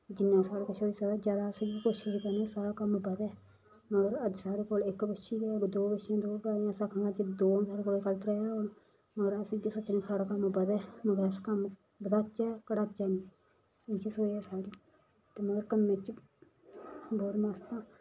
जिन्ना साढ़े कशा होई सकदा ज्यादा अस कोशिश करने आं साढ़ै कम्म बधै मगर अज्ज साढ़े कोल इक बच्छी ऐ दो बच्छी पाल्ली लैने दो दे बजाए त्रै होन ओह् बी पाल्ली लैन्ने मगर अस इ'यै सोचने साढ़ा कम्म बढ़ै अस कम्म बधाचै घटाचै नेईं इयै सोच ऐ साढ़ी कि मतलब कम्मै च बहुत मस्त आं